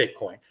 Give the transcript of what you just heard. Bitcoin